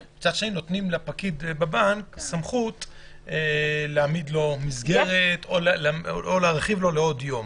מצד שני נותנים לפקיד בבנק סמכות להעמיד לו מסגרת או לתת לו עוד יום.